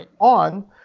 on